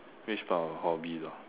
which part of hobby lor